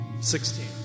Sixteen